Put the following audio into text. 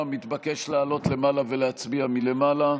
מתבקש לעלות למעלה ולהצביע מלמעלה.